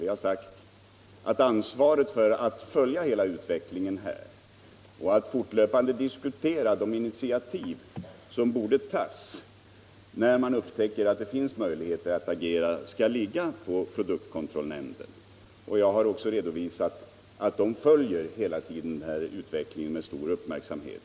Vi har sagt att ansvaret för att följa hela utvecklingen och fortlöpande diskutera de initiativ som bör tas, när man upptäcker att det finns möjligheter att agera, skall ligga på produktkontrollnämnden. Jag har också redovisat att den hela tiden följer utvecklingen med stor uppmärksamhet.